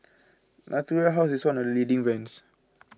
Natura House is one of the leading brands